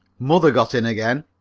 mother got in again.